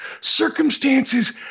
circumstances